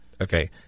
okay